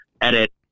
edit